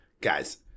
Guys